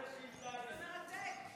זה מרתק.